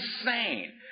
insane